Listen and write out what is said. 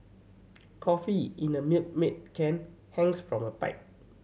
coffee in a Milkmaid can hangs from a pipe